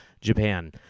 Japan